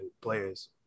players